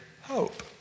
hope